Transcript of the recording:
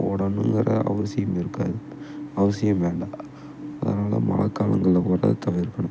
ஓடணும்னுங்குற அவசியம் இருக்காது அவசியம் வேண்டாம் அதனால் மழக்காலங்கள்ல ஓடுறது தவிர்க்கணும்